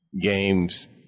games